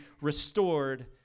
restored